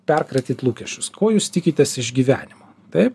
perkratyt lūkesčius ko jūs tikitės iš gyvenimo taip